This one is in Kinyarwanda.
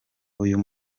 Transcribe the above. uyu